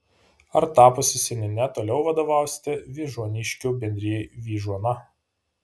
ar tapusi seniūne toliau vadovausite vyžuoniškių bendrijai vyžuona